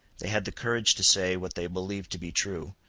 they had the courage to say what they believed to be true,